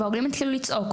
וההורים התחילו לצעוק,